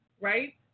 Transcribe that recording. right